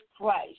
Christ